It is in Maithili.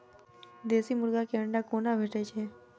देसी मुर्गी केँ अंडा कोना भेटय छै?